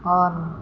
on